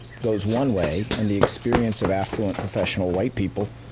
goes one way and the experience of affluent, professional white people,